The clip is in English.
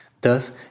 Thus